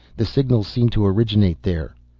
the signals seem to originate there.